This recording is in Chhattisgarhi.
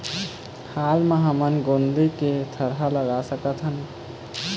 हाल मा हमन गोंदली के थरहा लगा सकतहन?